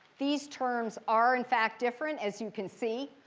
these terms are in fact different, as you can see.